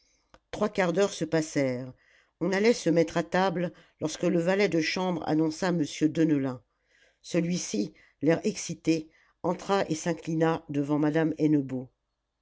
trois quarts d'heure se passèrent on allait se mettre à table lorsque le valet de chambre annonça m deneulin celui-ci l'air excité entra et s'inclina devant madame